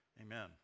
Amen